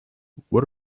what